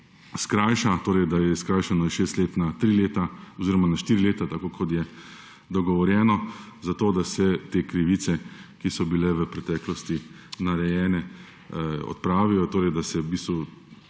skrajša, torej da je skrajšano iz 6 let na 3 leta oziroma na 4 leta, tako kot je dogovorjeno, zato da se te krivice, ki so bile v preteklosti narejene, odpravijo, torej da se odmerni